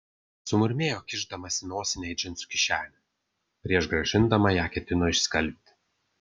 sumurmėjo kišdamasi nosinę į džinsų kišenę prieš grąžindama ją ketino išskalbti